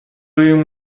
you